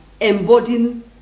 embodying